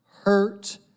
hurt